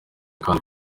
kandi